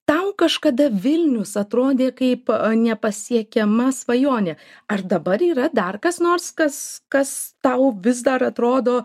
tau kažkada vilnius atrodė kaip nepasiekiama svajonė ar dabar yra dar kas nors kas kas tau vis dar atrodo